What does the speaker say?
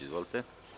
Izvolite.